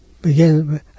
begin